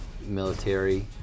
military